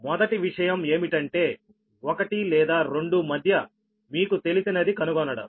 మొదటి విషయం ఏమిటంటే 1 లేదా 2 మధ్య మీకు తెలిసినది కనుగొనడం